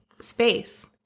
space